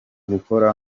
gukora